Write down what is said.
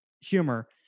humor